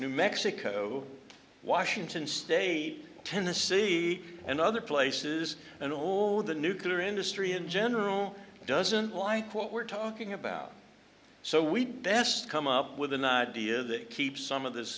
new mexico washington state tennessee and other places and all the nuclear industry in general doesn't like what we're talking about so we best come up with an idea that keeps some of this